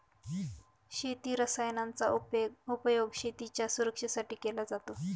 शेती रसायनांचा उपयोग शेतीच्या सुरक्षेसाठी केला जातो